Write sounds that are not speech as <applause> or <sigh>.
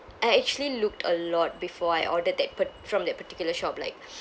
I actually looked a lot before I ordered that part~ from that particular shop like <breath>